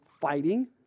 fighting